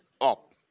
up